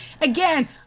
Again